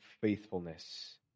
faithfulness